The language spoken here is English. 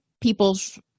people's